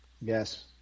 Yes